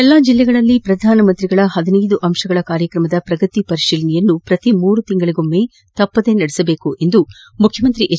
ಎಲ್ಲ ಜಿಲ್ಲೆಗಳಲ್ಲಿ ಪ್ರಧಾನ ಮಂತ್ರಿಗಳ ಹದಿನ್ನೆದು ಅಂಶಗಳ ಕಾರ್ಯಕ್ರಮದ ಪ್ರಗತಿ ಪರಿಶೀಲನೆಯನ್ನು ಪ್ರತಿ ಮೂರು ತಿಂಗಳಿಗೊಮ್ಮೆ ತಪ್ಪದೆ ನಡೆಸುವಂತೆ ಮುಖ್ಯಮಂತ್ರಿ ಎಚ್